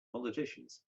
politicians